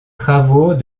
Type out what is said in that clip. travaux